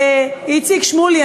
איציק שמולי,